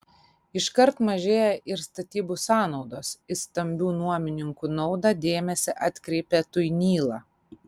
iškart mažėja ir statybų sąnaudos į stambių nuomininkų naudą dėmesį atkreipia tuinyla